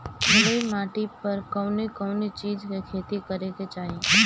बलुई माटी पर कउन कउन चिज के खेती करे के चाही?